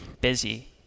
busy